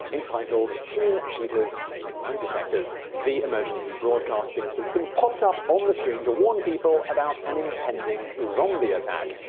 entitled teen cheaters take lie detectors. the emergency broadcasting system popped up on the screen to warn people about an impending zombie attack.